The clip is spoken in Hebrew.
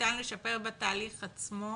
שניתן לשפר בתהליך עצמו